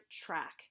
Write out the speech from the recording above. track